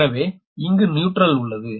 எனவே இங்கு நியூட்ரல் உள்ளது